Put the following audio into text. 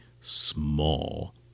small